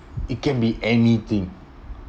it can be anything